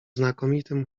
znakomitym